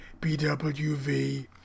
BWV